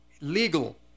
legal